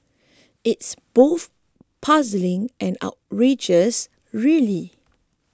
it's both puzzling and outrageous really